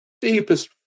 deepest